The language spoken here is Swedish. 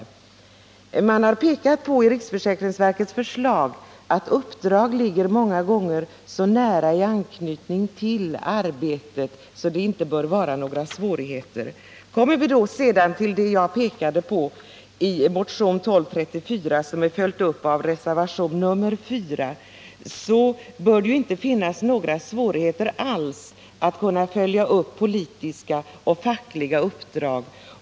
I riksförsäkringsverkets förslag har framhållits att uppdrag många gånger har så nära anknytning till anställning att det inte bör bli några svårigheter vid bedömningarna i det här avseendet. Jag vill i sammanhanget hänvisa till det som jag pekat på i motionen 1234 och som följts upp i reservationen 4, nämligen att det inte bör bli några svårigheter alls i fråga om politiska eller fackliga uppdrag.